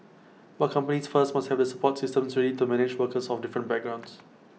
but companies first must have the support systems ready to manage workers of different backgrounds